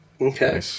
Okay